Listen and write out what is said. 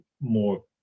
more